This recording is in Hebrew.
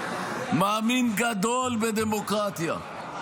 מאמין גדול בדמוקרטיה.